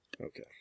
Okay